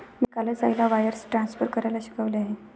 मी कालच आईला wires transfer करायला शिकवले आहे